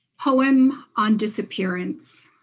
poem on disappearance